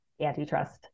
antitrust